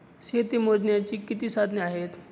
शेती मोजण्याची किती साधने आहेत?